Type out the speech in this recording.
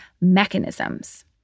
mechanisms